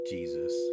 Jesus